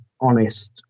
honest